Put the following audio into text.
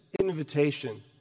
invitation